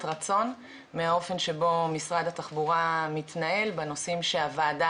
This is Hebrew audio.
רצון מהאופן שבו משרד התחבורה מתנהל בנושאים של הוועדה